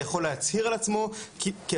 יכול להצהיר על עצמו כפסיכותרפיסט,